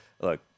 look